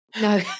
No